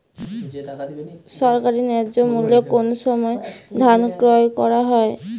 সরকারি ন্যায্য মূল্যে কোন সময় ধান ক্রয় করা হয়?